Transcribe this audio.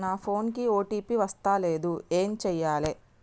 నా ఫోన్ కి ఓ.టీ.పి వస్తలేదు ఏం చేయాలే?